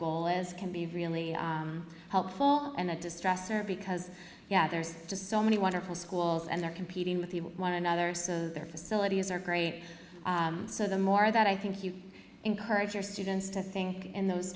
goal is can be really helpful in a distress or because yeah there's just so many wonderful schools and they're competing with one another so their facilities are great so the more that i think you encourage your students to think in those